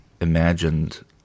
imagined